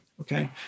Okay